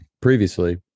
previously